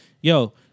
Yo